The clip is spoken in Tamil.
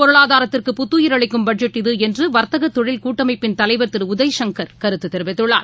பொருளாதாரத்திற்கு புத்துயிர் அளிக்கும் பட்ஜெட் இது என்று வர்த்தக தொழில் கூட்டமைப்பின் தலைவர் திரு உதய்சங்கர் கருத்து தெரிவித்துள்ளார்